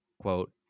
quote